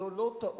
זו לא טעות,